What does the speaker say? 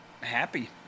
happy